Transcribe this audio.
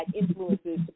influences